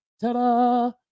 ta-da